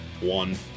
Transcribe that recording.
One